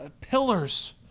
pillars